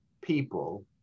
people